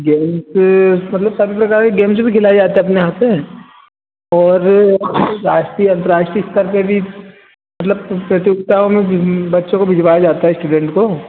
games मतलब सभी प्रकार के गेम्सए भी खिलाई जाहे अपने यहाँ पर और राष्ट्रीय अंतर्राष्ट्रीय स्तर पर भी मतलब कुछ प्रतियोगिताओं में भी बच्चों को भिजवाया जाता हे स्टूडेंट को